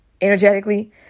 energetically